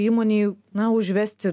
įmonėj na užvesti